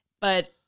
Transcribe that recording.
But-